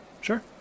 Sure